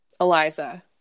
Eliza